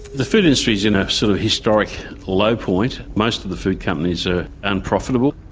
the food industry is in a so historic low point. most of the food companies are unprofitable.